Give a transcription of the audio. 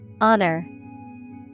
Honor